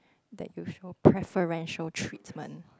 that you show preferential treatment